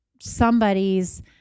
somebody's